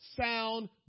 sound